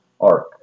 arc